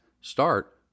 start